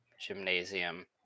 gymnasium